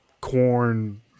corn